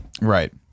Right